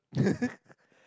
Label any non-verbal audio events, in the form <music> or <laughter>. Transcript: <laughs>